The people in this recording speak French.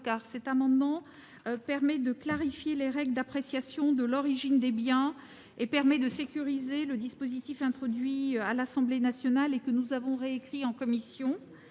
car celui-ci permet de clarifier les règles d'appréciation de l'origine des biens et de sécuriser le dispositif introduit par l'Assemblée nationale, que nous avons réécrit en commission.